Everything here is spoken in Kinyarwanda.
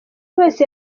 wese